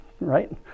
right